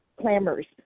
clamors